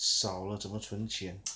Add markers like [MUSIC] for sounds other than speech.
少了怎么存钱 [NOISE]